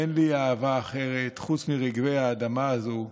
אין לי אהבה אחרת חוץ מרגבי האדמה הזו,